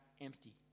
empty